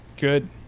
Good